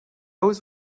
was